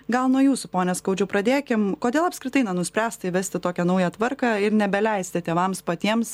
gal nuo jūsų pone skaudžiau pradėkim kodėl apskritai na nuspręsta įvesti tokią naują tvarką ir nebeleisti tėvams patiems